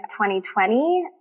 2020